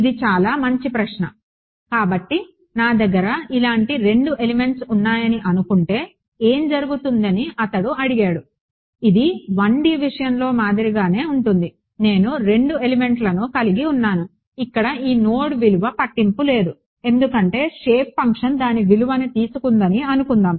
ఇది చాలా మంచి ప్రశ్న కాబట్టి నా దగ్గర ఇలాంటి 2 ఎలిమెంట్స్ ఉన్నాయని అనుకుంటే ఏమి జరుగుతుందని అతను అడిగాడు ఇది 1D విషయంలో మాదిరిగానే ఉంటుంది నేను 2 ఎలిమెంట్లను కలిగి ఉన్నాను ఇక్కడ ఈ నోడ్ విలువ పట్టింపు లేదు ఎందుకంటే షేప్ ఫంక్షన్ దాని విలువను తీసుకుందని అనుకుందాం